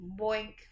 Boink